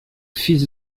fils